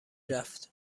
رفت